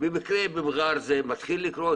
במע'אר זה מתחיל לקרות.